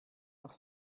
nach